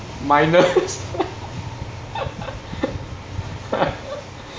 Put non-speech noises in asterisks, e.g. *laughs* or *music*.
minus *laughs*